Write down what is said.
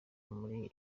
muri